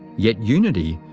yet unity,